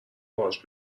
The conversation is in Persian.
باهاش